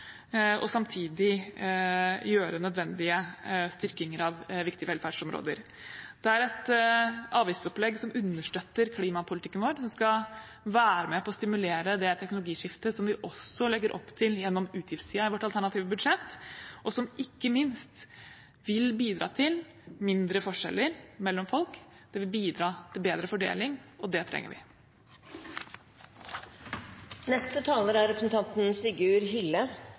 og samtidig gjøre nødvendige styrkinger av viktige velferdsområder. Det er et avgiftsopplegg som understøtter klimapolitikken vår, som skal være med på å stimulere det teknologiskiftet som vi også legger opp til gjennom utgiftssiden i vårt alternative budsjett, og som ikke minst vil bidra til mindre forskjeller mellom folk. Det vil bidra til bedre fordeling, og det trenger vi. Det er